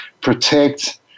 protect